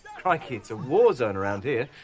crikey, it's a warzone around here.